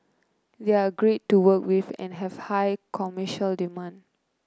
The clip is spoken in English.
they are great to work with and have high commercial demand